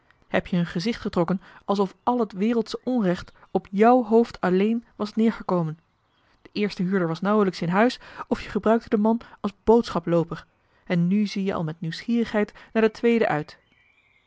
heb je een gezicht getrokken alsof al het wereldsche onrecht op jou hoofd alleen was neergekomen de eerste huurder was nauwelijks in huis of je gebruikte den man als bood schaplooper en nu zie je al met nieuwsgierigheid naar den tweeden uit